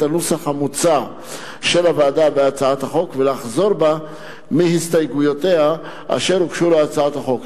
הנוסח המוצע בהצעת החוק ולחזור בה מהסתייגויותיה להצעת החוק.